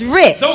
rich